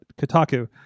Kotaku